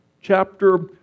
chapter